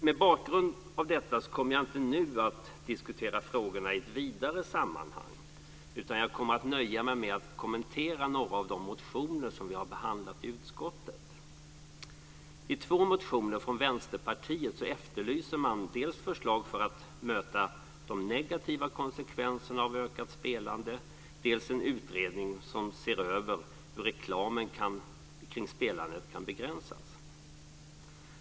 Mot bakgrund av detta kommer jag inte nu att diskutera frågorna i ett vidare sammanhang. Jag kommer att nöja mig med att kommentera några av de motioner som vi har behandlat i utskottet. I två motioner från Vänsterpartiet efterlyser man dels förslag för att möta de negativa konsekvenserna av ökat spelande, dels en utredning som ser över hur reklamen kring spelandet kan begränsas.